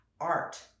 Art